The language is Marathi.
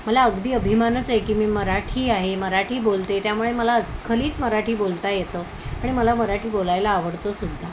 मला अगदी अभिमानच आहे की मी मराठी आहे मराठी बोलते त्यामुळे मला अस्खलीत मराठी बोलता येतं आणि मला मराठी बोलायला आवडतंसुद्धा